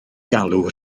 galw